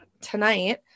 tonight